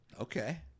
Okay